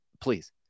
please